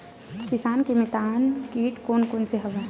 किसान के मितान कीट कोन कोन से हवय?